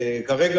כרגע,